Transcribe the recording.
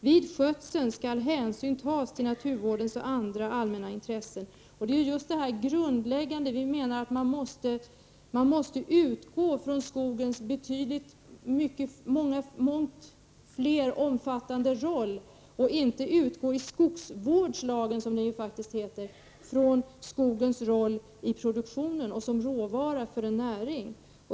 Vid skötseln skall hänsyn tas till naturvårdens och andra allmänna intressen.” Vår grundläggande inställning är den att man måste utgå från en betydligt mer omfattande roll för skogen och inte i skogsvårdslagen, som den faktiskt heter, utgå från skogens roll i produktionen och som råvara för en näring.